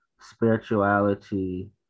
spirituality